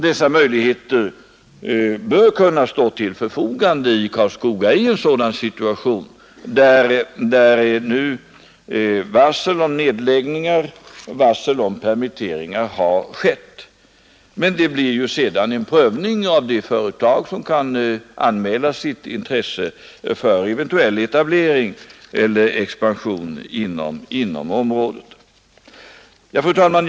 Dessa möjligheter bör kunna stå till förfogande i Karlskoga i en situation där varsel om nedläggningar och varsel om permitteringar har skett. Men det blir ju sedan en prövning av de företag som kan anmäla sitt intresse för eventuell etablering eller expansion inom området. Fru talman!